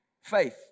Faith